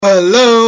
hello